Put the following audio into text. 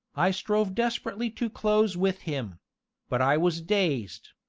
i strove desperately to close with him but i was dazed,